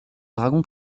dragon